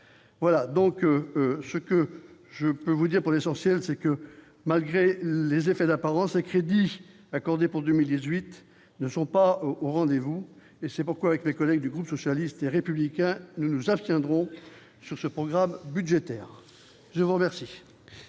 voilà donc ce que je peux vous dire, pour l'essentiel, c'est que, malgré les effets d'apparence crédit accordé pour 2018 ne sont pas au rendez-vous et c'est pourquoi, avec mes collègues du groupe socialiste et républicain, nous nous abstiendrons sur ce programme budgétaire, nous avons versé.